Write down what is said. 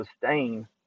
sustain